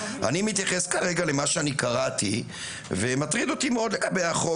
אני מתייחס כרגע למה שאני קראתי ומטריד אותי מאוד לגבי החוק.